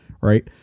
right